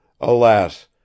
Alas